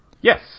Yes